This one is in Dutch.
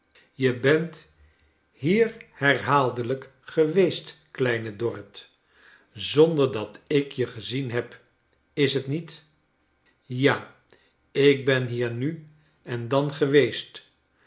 je bent hier herhaaldelijk geweest kleine dorrit zonder dat ik je gezien heb is t niet ja ik ben hier nu en dan geweest